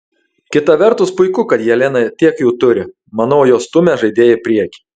kita vertus puiku kad jelena tiek jų turi manau jos stumia žaidėją į priekį